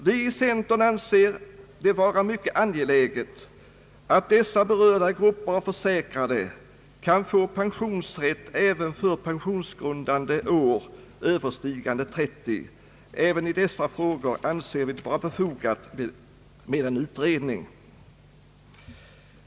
Vi i centern anser det vara mycket angeläget att berörda grupper av försäkrade kan få pensionsrätt även för pensionsgrundande år överstigande 30. även i dessa frågor anser vi det vara befogat med en utredning.